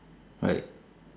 right